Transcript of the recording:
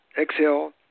exhale